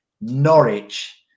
norwich